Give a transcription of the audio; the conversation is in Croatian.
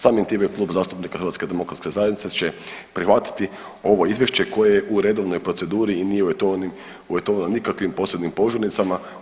Samim tih Klub zastupnika HDZ-a će prihvatiti ovo izvješće koje je u redovnoj proceduri i nije uvjetovano nikakvim posebnim požurnicama.